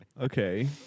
okay